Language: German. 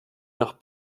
nach